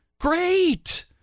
great